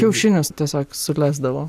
kiaušinius tiesiog sulesdavo